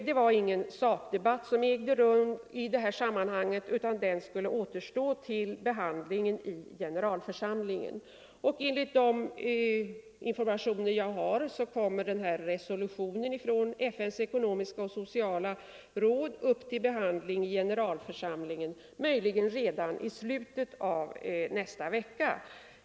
Det fördes inte någon sakdebatt i detta sammanhang, utan den skulle äga rum vid frågans behandling i generalförsamlingen. Enligt de informationer som jag har fått kommer resolutionen från FN:s ekonomiska och sociala råd upp till behandling i generalförsamlingen möjligen redan i slutet av nästa vecka.